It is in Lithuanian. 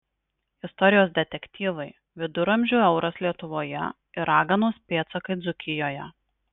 istorijos detektyvai viduramžių euras lietuvoje ir raganos pėdsakai dzūkijoje